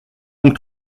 donc